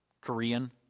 Korean